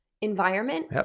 environment